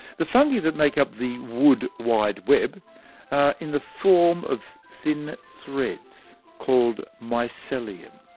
the fungi that make up the wood wide web are in the form of thin threads, called mycelium.